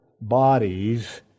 bodies